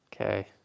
Okay